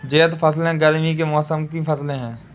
ज़ैद फ़सलें गर्मी के मौसम की फ़सलें हैं